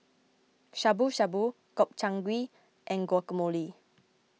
Shabu Shabu Gobchang Gui and Guacamole